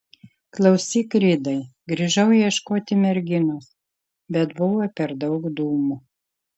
klausyk ridai grįžau ieškoti merginos bet buvo per daug dūmų